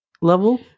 level